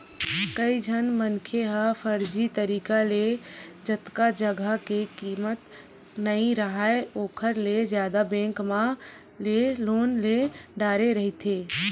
कइझन मनखे ह फरजी तरिका ले जतका जघा के कीमत नइ राहय ओखर ले जादा बेंक मन ले लोन ले डारे रहिथे